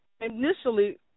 initially